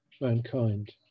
mankind